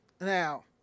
Now